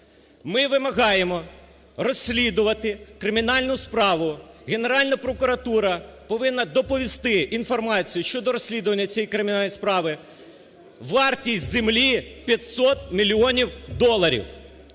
Ми вимагаємо розслідувати кримінальну справу. Генеральна прокуратура повинна доповісти інформацію щодо розслідування цієї кримінальної справи. Вартість землі 500 мільйонів доларів!